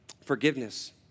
forgiveness